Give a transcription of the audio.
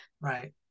right